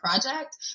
project